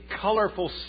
colorful